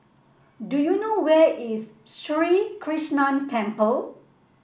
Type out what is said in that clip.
do you know where is Sri Krishnan Temple